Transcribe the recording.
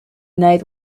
night